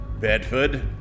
Bedford